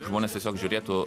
žmonės tiesiog žiūrėtų